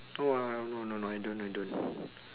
oh I I no no no I don't I don't